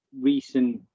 recent